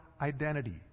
identity